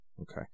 Okay